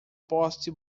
poste